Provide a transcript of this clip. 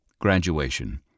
graduation